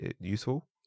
useful